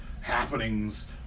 happenings